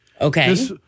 Okay